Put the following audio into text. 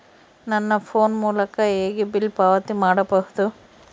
ನನ್ನ ಫೋನ್ ಮೂಲಕ ಹೇಗೆ ಬಿಲ್ ಪಾವತಿ ಮಾಡಬಹುದು?